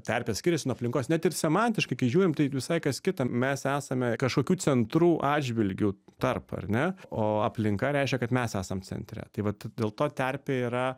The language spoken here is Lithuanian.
terpė skiriasi nuo aplinkos net ir semantiškai kai žiūrim tai visai kas kita mes esame kažkokių centrų atžvilgiu tarp ar ne o aplinka reiškia kad mes esam centre tai vat dėl to terpė yra